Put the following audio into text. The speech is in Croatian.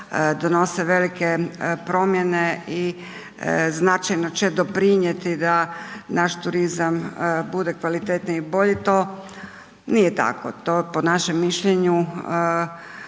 donose velike promjene i značajno će doprinijeti da naš turizam bude kvalitetniji i bolji, to nije tako, to po našem mišljenju,